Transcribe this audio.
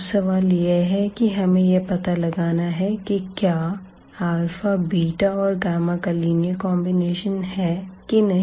अब सवाल यह है कि हमें यह पता लगाना है की क्या और का लीनियर कॉन्बिनेशन है कि नहीं